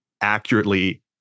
accurately